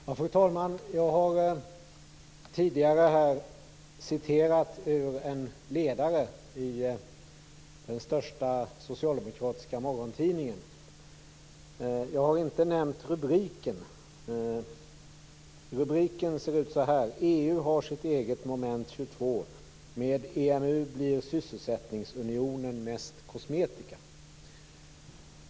Fru talman! Jag har tidigare citerat ur en ledare i den största socialdemokratiska morgontidningen. Jag har inte nämnt rubriken. Den ser ut så här: EU har sitt eget moment 22. Med EMU blir sysselsättningsunionen mest kosmetika.